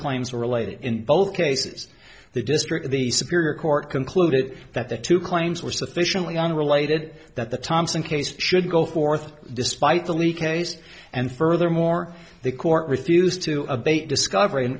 claims were related in both cases the district the superior court concluded that the two claims were sufficiently unrelated that the thomson case should go forth despite the leak case and furthermore the court refused to abate discover